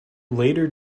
later